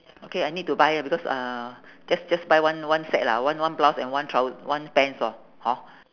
okay I need to buy eh because uh just just buy one one set lah one one blouse and one trou~ one pants lor hor